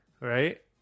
Right